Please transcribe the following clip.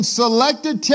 selected